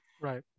right